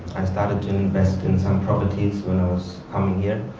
i started to invest in some properties when i was coming here,